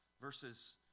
verses